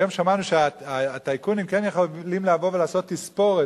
היום שמענו שהטייקונים כן יכולים לבוא ולעשות תספורת.